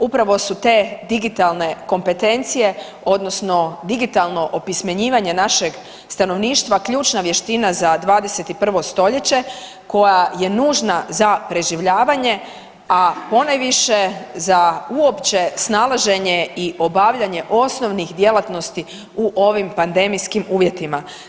Upravo su te digitalne kompetencije odnosno digitalno opismenjivanje našeg stanovništva ključna vještina za 21. st. koja je nužna za preživljavanje, a ponajviše za uopće snalaženje i obavljanje osnovnih djelatnosti u ovim pandemijskim uvjetima.